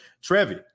Trevi